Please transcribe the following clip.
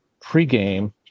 pregame